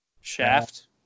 Shaft